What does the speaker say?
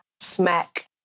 smack